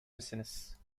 misiniz